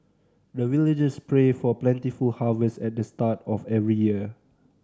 the villagers pray for plentiful harvest at the start of every year